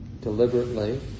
deliberately